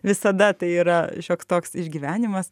visada tai yra šioks toks išgyvenimas